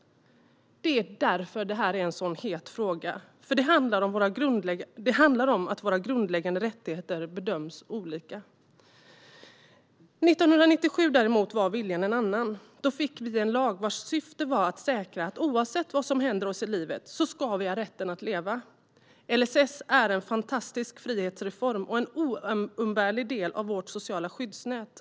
Det är därför detta är en så het fråga. Det handlar om att våra grundläggande rättigheter bedöms olika. År 1997 var viljan däremot en annan. Då trädde den lag i kraft vars syfte var att säkra att oavsett vad som händer oss i livet ska vi ha rätten att leva. LSS är en fantastisk frihetsreform och en oumbärlig del av vårt sociala skyddsnät.